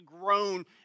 grown